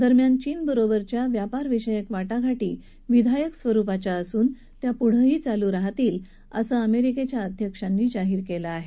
दरम्यान चीन बरोबरच्या व्यापार विषयक वाटाघाटी विधायक स्वरुपाच्या असून त्या पुढं चालू राहतील असं अमेरिकेच्या अध्यक्षांनी जाहीर केलं आहे